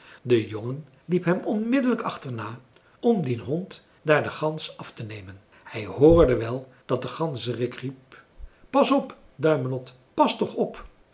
de jongen liep hem dadelijk achterna om dien hond daar de gans af te nemen hij hoorde wel dat de ganzerik riep pas op duimelot pas toch op